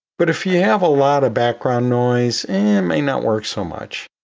but if you have a lot of background noise, it may not work so much.